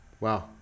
Wow